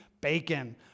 bacon